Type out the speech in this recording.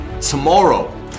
Tomorrow